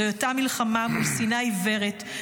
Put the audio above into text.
זוהי אותה מלחמה מול שנאה עיוורת,